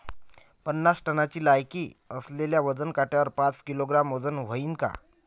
पन्नास टनची लायकी असलेल्या वजन काट्यावर पाच किलोग्रॅमचं वजन व्हईन का?